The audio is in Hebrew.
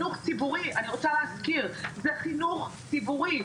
זה חינוך ציבורי,